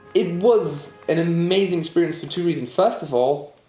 it was an amazing experience for two reasons. first of all,